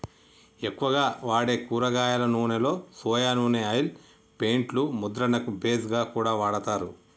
ఎక్కువగా వాడే కూరగాయల నూనెలో సొయా నూనె ఆయిల్ పెయింట్ లు ముద్రణకు బేస్ గా కూడా వాడతారు